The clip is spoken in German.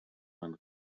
man